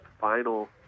final